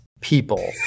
people